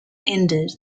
ended